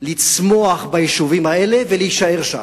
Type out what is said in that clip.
לצמוח ביישובים האלה ולהישאר שם.